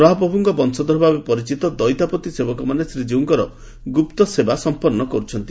ମହାପ୍ରଭୁଙ୍କ ବଂଶଧର ଭାବେ ପରିଚିତ ଦଇତାପତି ସେବକମାନେ ଶ୍ରୀକୀଉଙ୍କର ଗୁପ୍ତସେବା ସମ୍ମନ୍ନ କରୁଛନ୍ତି